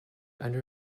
under